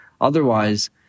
Otherwise